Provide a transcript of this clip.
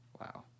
Wow